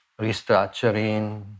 restructuring